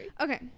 okay